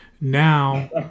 Now